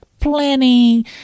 planning